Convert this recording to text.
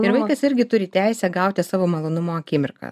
ir vaikas irgi turi teisę gauti savo malonumo akimirką